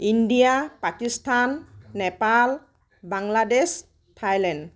India Pakistan Nepal Bangladesh Thailand